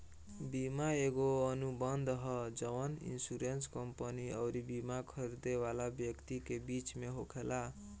बीमा एगो अनुबंध ह जवन इन्शुरेंस कंपनी अउरी बिमा खरीदे वाला व्यक्ति के बीच में होखेला